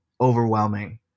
overwhelming